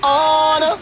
on